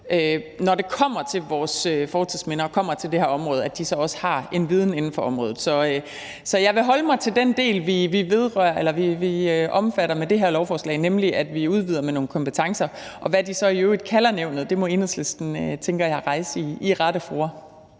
når det kommer til vores fortidsminder og kommer til det her område, så også har en viden inden for området. Så jeg vil holde mig til den del, vi omfatter med det her lovforslag, nemlig at vi udvider med nogle kompetencer. Og hvad de så i øvrigt kalder nævnet, må Enhedslisten, tænker jeg, rejse i rette fora.